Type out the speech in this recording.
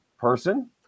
person